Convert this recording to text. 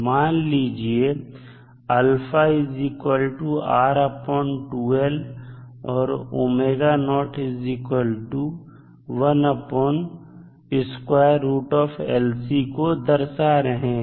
मान लीजिए कि α और को दर्शा रहे हैं